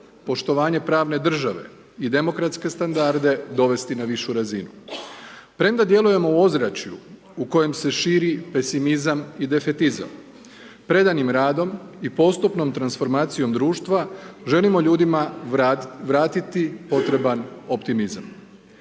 poštovanje pravne države i demokratske standarde dovesti na višu razinu. Premda djelujemo u ozračju u kojem se širi pesimizam i defetizam, predanim radom i postupnom transformacijom društva želimo ljudima vratiti potreban optimizam.